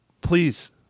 Please